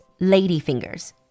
ladyfingers